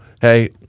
hey